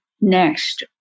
next